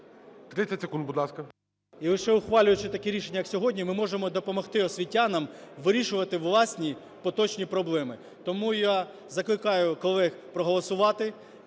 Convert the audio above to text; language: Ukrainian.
30 секунд, будь ласка. ПИСАРЕНКО В.В. І лише ухвалюючи такі рішення, як сьогодні, ми можемо допомогти освітянам вирішувати власні поточні проблеми. Тому я закликаю колег проголосувати,